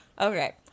Okay